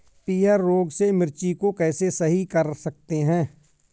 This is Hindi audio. पीहर रोग से मिर्ची को कैसे सही कर सकते हैं?